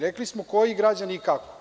Rekli smo koji građani i kako.